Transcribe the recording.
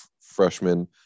freshman